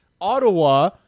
Ottawa